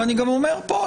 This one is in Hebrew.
ואני גם אומר פה,